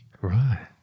Right